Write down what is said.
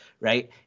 Right